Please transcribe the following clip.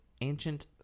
ancient